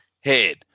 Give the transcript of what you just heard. head